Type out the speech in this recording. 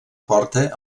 porta